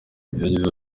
yagize